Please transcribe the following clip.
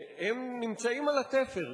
הם נמצאים על התפר.